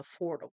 affordable